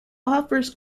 offers